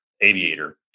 aviator